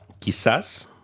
quizás